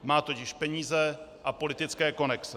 Má totiž peníze a politické konexe.